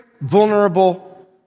vulnerable